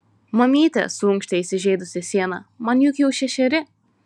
mamyte suunkštė įsižeidusi siena man juk jau šešeri